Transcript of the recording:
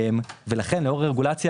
לאור הרגולציה